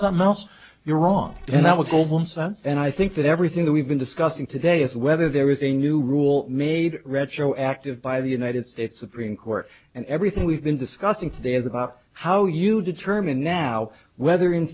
some else you're wrong then i will go home and i think that everything that we've been discussing today is whether there is a new rule made retroactive by the united states supreme court and everything we've been discussing today is about how you determine now whether in